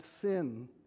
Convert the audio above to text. sin